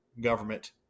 government